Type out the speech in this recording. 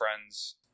friends